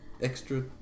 extra